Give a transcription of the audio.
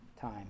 time